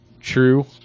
True